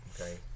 okay